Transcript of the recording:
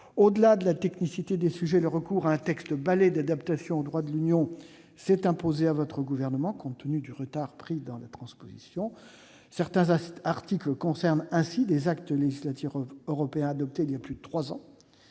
Au-delà de la technicité des sujets, le recours à un « texte-balai » d'adaptation au droit de l'Union européenne s'est imposé à votre gouvernement compte tenu du retard pris dans la transposition. Certains articles concernent ainsi des actes législatifs européens adoptés il y a plus de trois ans,